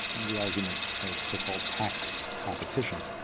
the argument of so-called tax competition.